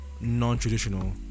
non-traditional